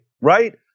right